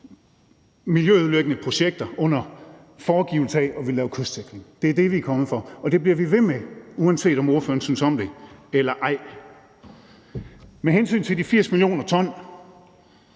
miljøødelæggende projekter under foregivelse af at ville lave kystsikring. Det er det, vi er kommet for, og det bliver vi ved med, uanset om ordføreren synes om det eller ej. Med hensyn til de 80 mio. t